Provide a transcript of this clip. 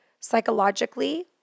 psychologically